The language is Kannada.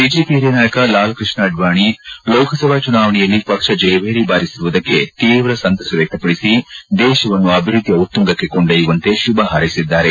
ಬಿಜೆಪಿ ಹಿರಿಯ ನಾಯಕ ಲಾಲ್ಕೃಷ್ಣ ಅಡ್ವಾಣಿ ಲೋಕಸಭಾ ಚುನಾವಣೆಯಲ್ಲಿ ಪಕ್ಷ ಜಯಭೇರಿ ಬಾರಿಸಿರುವುದಕ್ಕೆ ತೀವ್ರ ಸಂತಸ ವ್ಹಕ್ತಪಡಿಸಿ ದೇಶವನ್ನು ಅಭಿವೃದ್ಧಿಯ ಉತ್ತುಂಗಕ್ಕೆ ಕೊಂಡೊಯ್ಯುವಂತೆ ಶುಭ ಹಾರೈಸಿದ್ದಾರೆ